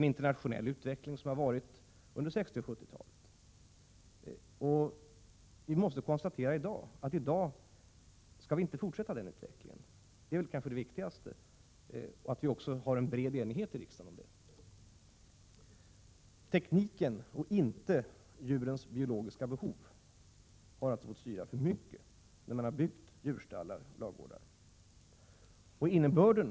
Det handlar också om den utveckling som har skett internationellt under 60 och 70-talet. I dag måste vi konstatera att denna utveckling inte skall få fortsätta, vilket kanske är allra viktigast. Det råder också en bred enighet i riksdagen om detta. Tekniken — och inte djurens biologiska behov — har alltså varit alltför styrande när man har byggt djurstallar och ladugårdar.